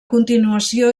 continuació